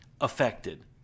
affected